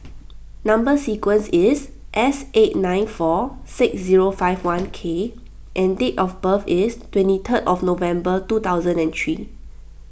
Number Sequence is S eight nine four six zero five one K and date of birth is twenty third of November two thousand and three